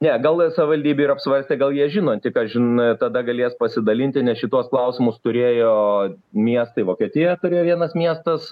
ne gal savivaldybė ir apsvarstė gal jie žino tik kažin tada galės pasidalinti nes šituos klausimus turėjo miestai vokietija turėjo vienas miestas